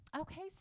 okay